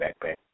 backpack